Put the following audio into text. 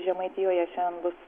žemaitijoje šiandien bus